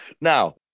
Now